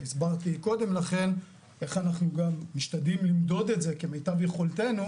והסברתי קודם לכן איך אנחנו גם משתדלים למדוד את זה כמיטב יכולתנו